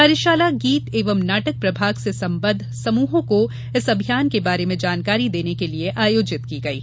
कार्यशाला गीत एवं नाटक प्रभाग से संबंद्व समूहों को इस अभियान के बारे में जानकारी देने के लिये आयोजित की गई है